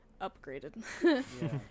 upgraded